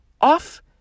off